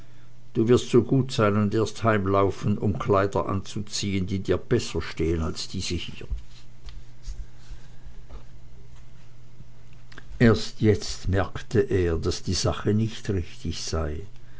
du wirst so gut sein und erst heimlaufen um kleider anzuziehen die dir besser stehen als diese hier erst jetzt merkte er daß die sache nicht richtig sei